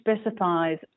specifies